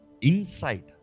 Insight